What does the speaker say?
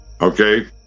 okay